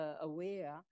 aware